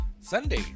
Sunday